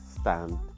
stand